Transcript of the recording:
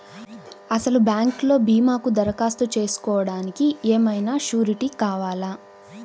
అసలు బ్యాంక్లో భీమాకు దరఖాస్తు చేసుకోవడానికి ఏమయినా సూరీటీ కావాలా?